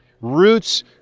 Roots